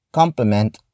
complement